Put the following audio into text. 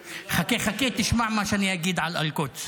חכה, חכה, תשמע מה שאני אגיד על אל-קודס,